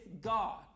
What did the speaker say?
God